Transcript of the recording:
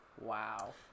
Wow